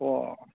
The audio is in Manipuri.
ꯑꯣ